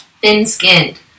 Thin-skinned